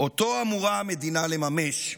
שאותו אמורה המדינה לממש,